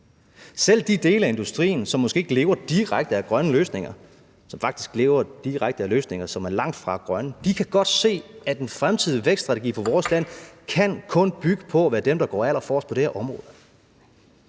Selv de dele af industrien, som måske ikke lever direkte af grønne løsninger, som faktisk lever direkte af løsninger, som langt fra er grønne, kan godt se, at en fremtidig vækststrategi for vores land kun kan bygge på at være dem, der går allerforrest på det her område.